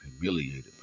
humiliated